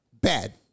Bad